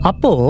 Apo